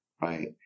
right